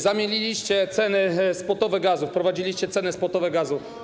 Zamieniliście ceny spotowe gazu, wprowadziliście ceny spotowe gazu.